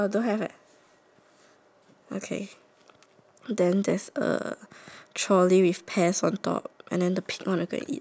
then there's a trolley with pears on top and then the pig go and eat the pears like three pears drop on the floor